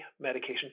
medication